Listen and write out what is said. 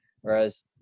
Whereas